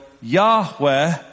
Yahweh